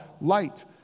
light